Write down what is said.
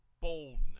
boldness